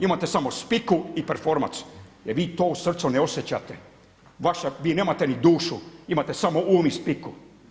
Imate samo spiku i performans jer vi to u srcu ne osjećate, vi nemate ni dušu, imate samo um i spiku.